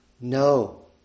No